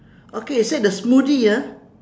okay you said the smoothie ah